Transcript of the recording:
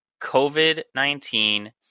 COVID-19